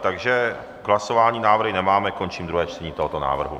Takže k hlasování návrhy nemáme, končím druhé čtení tohoto návrhu.